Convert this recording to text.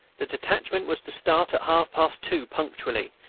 the detachment was to start at half-past two punctually,